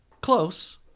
Close